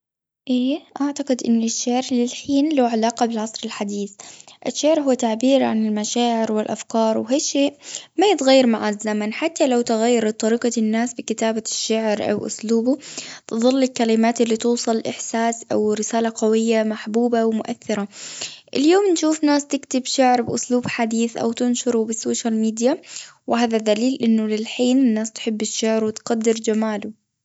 إيه أعتقد أن الشعر للحين له علاقة بالعصر الحديث. الشعر هو تعبير عن المشاعر والأفكار، وهالشيء ما يتغير مع الزمن. حتى لو تغيرت طريقة الناس بكتابة الشعر، أو أسلوبه، تظل الكلمات اللي توصل الإحساس، أو رسالة قوية، محبوبة ومؤثرة. اليوم نشوف ناس تكتب شعر باسلوب حديث، أو تنشره بالسوشيال ميديا، وهذا دليل أنه للحين الناس تحب الشعر وتقدر جماله.